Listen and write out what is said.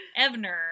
Evner